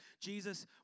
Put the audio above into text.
Jesus